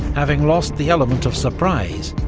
having lost the element of surprise,